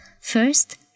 First